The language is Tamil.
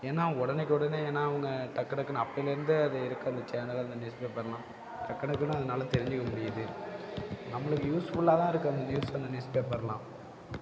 ஏன்னால் உடனேக் உடனே ஏன்னால் அவங்க டக்கு டக்குனு அப்பேல இருந்தே அது இருக்குது அந்த சேனல் அந்த நியூஸ் பேப்பர்லாம் டக்கு டக்குனு அதனால தெரிஞ்சுக்க முடியிது நம்மளுக்கு யூஸ்ஃபுல்லாக தான் இருக்குது அந்த நியூஸ் அந்த நியூஸ் பேப்பர்லாம்